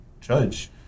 judge